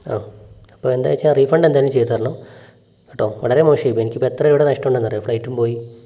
ആ അപ്പം എന്താണ് വെച്ചാൽ റീഫണ്ട് എന്തായാലും ചെയ്തുതരണം കേട്ടോ വളരെ മോശം ആയിപ്പോയി എനിക്കിപ്പോൾ എത്ര രൂപയുടെ നഷ്ടം ഉണ്ടെന്നറിയുമോ ഫ്ലൈറ്റും പോയി